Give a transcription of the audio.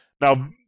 Now